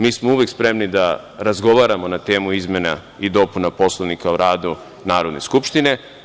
Mi smo uvek spremni da razgovaramo na temu izmena i dopuna Poslovnika o radu Narodne skupštine.